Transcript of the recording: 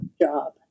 job